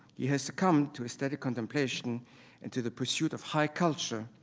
he has succumbed to a steady contemplation and to the pursuit of high culture,